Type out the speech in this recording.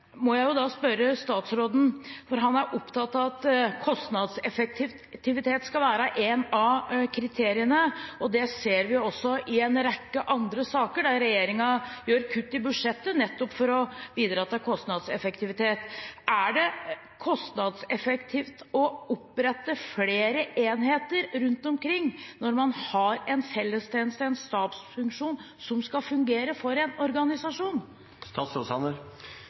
spørre statsråden, for han er opptatt av at kostnadseffektivitet skal være et av kriteriene, og det ser vi også i en rekke andre saker der regjeringen gjør kutt i budsjettet nettopp for å bidra til kostnadseffektivitet: Er det kostnadseffektivt å opprette flere enheter rundt omkring når man har en fellestjeneste, en stabsfunksjon som skal fungere for en organisasjon?